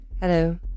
Hello